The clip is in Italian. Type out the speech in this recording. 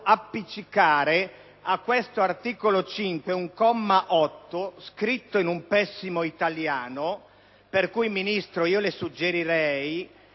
appiccicare a questo articolo 5 un comma 8, scritto in un pessimo italiano (per cui, Ministro, le suggerirei,